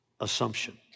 assumption